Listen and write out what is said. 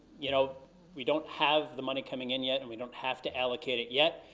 you know we don't have the money coming in yet and we don't have to allocate it yet.